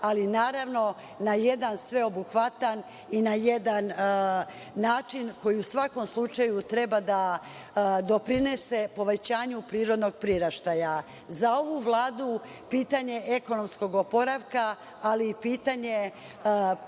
ali naravno na jedan sveobuhvatan i na jedan način koji u svakom slučaju treba da doprinese povećanju prirodnog priraštaja. Za ovu Vladu pitanje ekonomskog oporavka, ali i pitanje